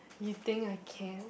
you think I can